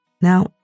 Now